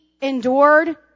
endured